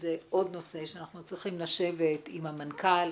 שזה עוד נושא שאנחנו צריכים לשבת עם המנכ"ל,